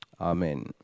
Amen